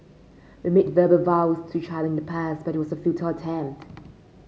we made verbal vows to each other in the past but it was a futile attempt